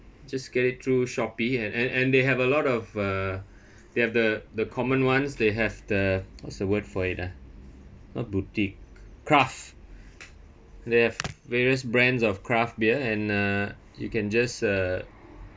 just get it through Shopee and and and they have a lot of uh they have the the common ones they have the what's the word for it ah not boutique craft they have various brands of craft beer and uh you can just uh